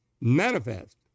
manifest